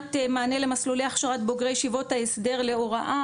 סוגיית מענה למסלולי הכשרת בוגרי ישיבות ההסדר להוראה,